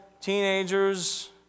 teenagers